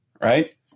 right